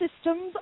systems